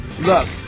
Look